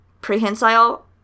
prehensile